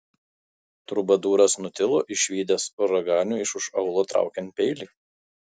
trubadūras nutilo išvydęs raganių iš už aulo traukiant peilį